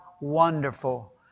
wonderful